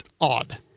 odd